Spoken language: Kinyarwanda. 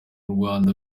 rwanda